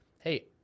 hey